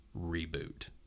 reboot